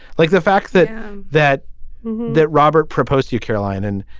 like the fact that that that robert proposed to you, caroline, and